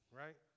right